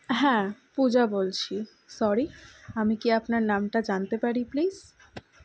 হ্যাঁ পূজা বলছি সরি আমি কি আপনার নামটা জানতে পারি প্লিজ